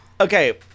okay